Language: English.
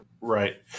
right